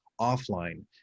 offline